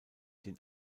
den